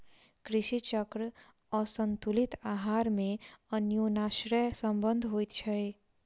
कृषि चक्र आसंतुलित आहार मे अन्योनाश्रय संबंध होइत छै